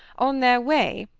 on their way,